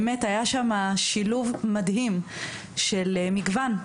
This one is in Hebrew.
היה שם שילוב מדהים של מגוון.